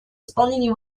исполнении